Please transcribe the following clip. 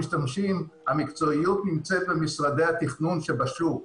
המקצועיות נמצאת במשרדי התכנון בשוק,